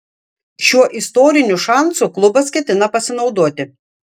šiuo istoriniu šansu klubas ketina pasinaudoti